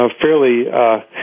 fairly